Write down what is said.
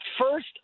First